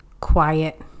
quiet